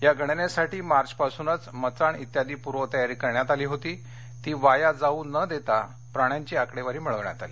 या गणनेसाठी मार्चपासूनच मचाण इत्यादि पूर्वतयारी करण्यात आली होती ती वाया जाऊ न देता प्राण्यांची आकडेवारी मिळवण्यात आली